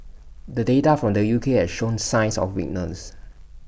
the data from the U K has shown signs of weakness